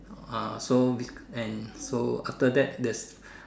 ah so and so after that there's